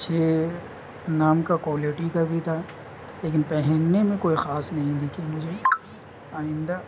اچھے نام کا کوالٹی کا بھی تھا لیکن پہننے میں کوئی خاص نہیں دکھی مجھے آئندہ